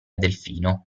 delfino